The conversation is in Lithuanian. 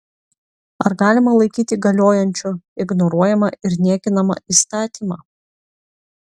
ar galima laikyti galiojančiu ignoruojamą ir niekinamą įstatymą